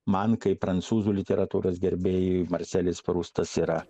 man kaip prancūzų literatūros gerbėjui marselis prustas yra